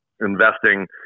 investing